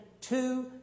two